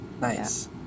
Nice